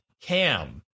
Cam